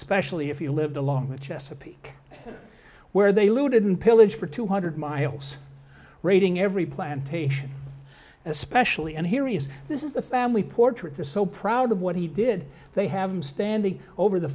specially if you live along with chesapeake where they looted and pillaged for two hundred miles raiding every plantation especially and here is this is a family portrait this so proud of what he did they have him standing over the